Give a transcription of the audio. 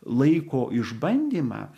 laiko išbandymą